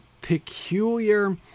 peculiar